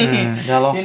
mm ya lor